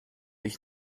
ich